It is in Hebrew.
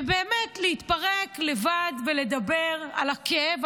ובאמת להתפרק לבד ולדבר על הכאב,